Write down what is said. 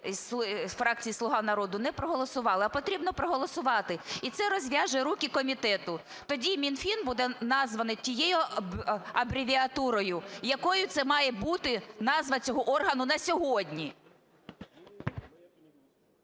фракції "Слуга народу" не проголосували. А потрібно проголосувати. І це розв'яже руки комітету. Тоді і Мінфін буде названо тією абревіатурою, якою це має бути, назва цього органу на сьогодні.